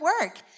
work